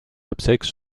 obsèques